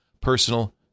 personal